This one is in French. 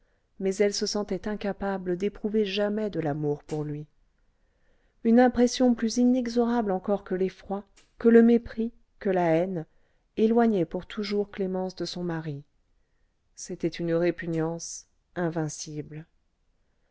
mais elle se sentait incapable d'éprouver jamais de l'amour pour lui une impression plus inexorable encore que l'effroi que le mépris que la haine éloignait pour toujours clémence de son mari c'était une répugnance invincible